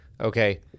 okay